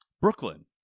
Brooklyn